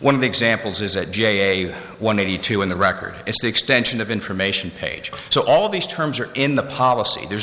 one of the examples is at j one hundred two in the record it's the extension of information page so all these terms are in the policy there's